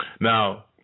Now